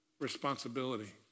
responsibility